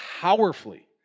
powerfully